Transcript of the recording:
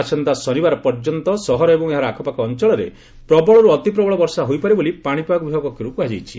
ଆସନ୍ତା ଶନିବାର ପର୍ଯ୍ୟନ୍ତ ସହର ଏବଂ ଏହାର ଆଖପାଖ ଅଞ୍ଚଳରେ ପ୍ରବଳରୁ ଅତି ପ୍ରବଳ ବର୍ଷା ହୋଇପାରେ ବୋଲି ପାଣିପାଗ ବିଭାଗ ପକ୍ଷରୁ କୁହାଯାଇଛି